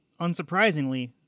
unsurprisingly